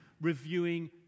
reviewing